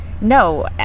No